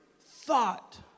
thought